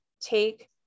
take